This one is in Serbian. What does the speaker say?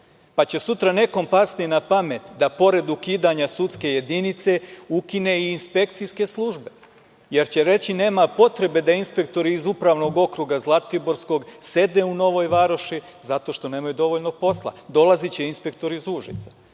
pa će sutra nekom pasti na pamet da pored ukidanja sudske jedinice, ukine i inspekcijske službe, jer će reći – nema potrebe da inspektori iz Upravnog okruga zlatiborskog sede u Novoj Varoši zato što nemaju dovoljno posla. Dolaziće inspektori iz Užica.